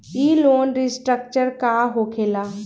ई loan restructure का होखे ला?